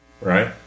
Right